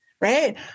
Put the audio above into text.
right